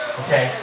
okay